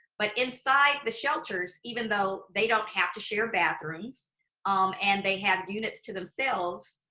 but inside the shelters, even though they don't have to share bathrooms um and they have units to themselves,